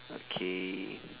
okay